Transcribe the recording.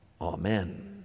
amen